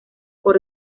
por